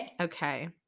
Okay